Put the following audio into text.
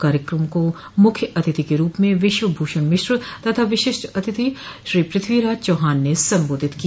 कार्यक्रम को मुख्य अतिथि के रूप में विश्व भूषण मिश्र तथा विशिष्ट अतिथि पृथ्वीराज चौहान ने संबोधित किया